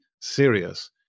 serious